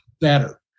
better